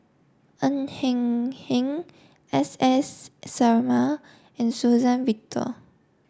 Ng Hen Hen S S Sarma and Suzann Victor